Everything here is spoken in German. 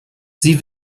sie